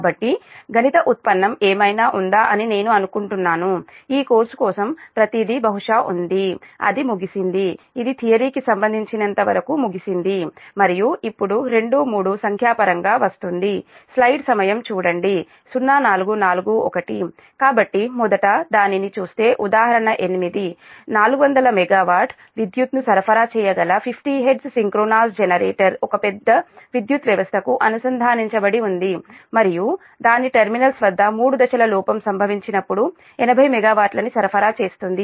కాబట్టి గణిత ఉత్పన్నం ఏమైనా ఉందా అని నేను అనుకుంటున్నాను ఈ కోర్సు కోసం ప్రతిదీ బహుశా ఉంది అది ముగిసింది ఇది థియరీ కి సంబంధించినంతవరకు ముగిసింది మరియు ఇప్పుడు 2 3 సంఖ్యాపరంగా వస్తుంది కాబట్టి మొదటి దానిని చూస్తే ఉదాహరణ 8 400 MW విద్యుత్ ను సరఫరా చేయగల 50 Hz సింక్రోనస్ జనరేటర్ ఒక పెద్ద విద్యుత్ వ్యవస్థకు అనుసంధానించబడి ఉంది మరియు దాని టెర్మినల్స్ వద్ద 3 దశల లోపం సంభవించినప్పుడు 80 మెగావాట్లని సరఫరా చేస్తుంది